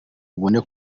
ubone